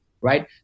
right